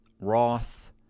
Ross